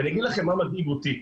אני אגיד לכם מה מדאיג אותי,